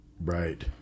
Right